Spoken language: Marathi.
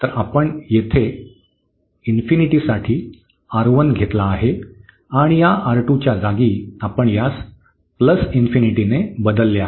तर आपण येथे साठी घेतला आहे आणि या च्या जागी आपण यास ने बदलले आहे